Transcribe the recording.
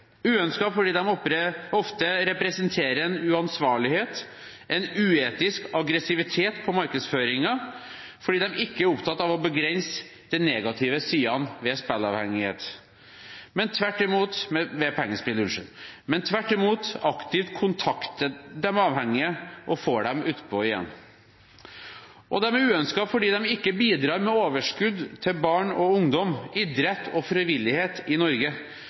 ofte representerer en uansvarlighet, en uetisk aggressivitet, i markedsføringen, fordi de ikke er opptatt av å begrense de negative sidene ved pengespill, men tvert imot aktivt kontakter de avhengige og får dem utpå igjen. Og de er uønsket fordi de ikke bidrar med overskudd til barn og ungdom, idrett og frivillighet i Norge,